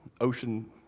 ocean